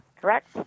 Correct